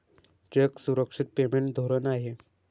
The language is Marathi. चेक सुरक्षित पेमेंट धोरण आहे